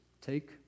take